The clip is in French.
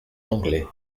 langlet